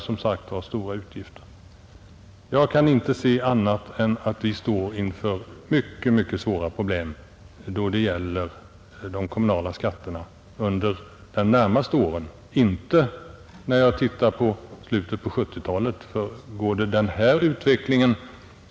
Såvitt jag kan se står vi inför mycket svåra problem i fråga om de kommunala skatterna redan under de närmaste åren — inte först i slutet på 1970-talet.